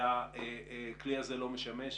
והכלי הזה לא משמש.